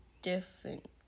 different